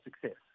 success